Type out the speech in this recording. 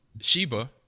Sheba